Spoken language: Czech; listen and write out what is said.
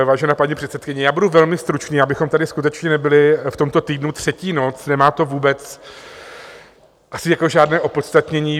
Vážená paní předsedkyně, já budu velmi stručný, abychom tady skutečně nebyli v tomto týdnu třetí noc, nemá to vůbec žádné opodstatnění.